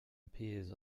appears